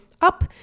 up